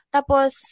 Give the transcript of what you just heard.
Tapos